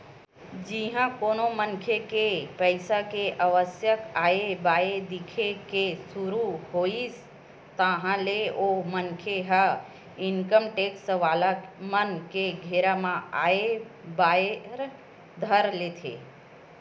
जिहाँ कोनो मनखे के पइसा के आवक आय बाय दिखे के सुरु होइस ताहले ओ मनखे ह इनकम टेक्स वाला मन के घेरा म आय बर धर लेथे